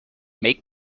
make